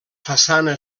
façana